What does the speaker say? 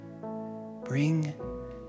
Bring